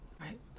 Right